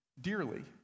dearly